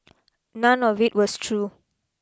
none of it was true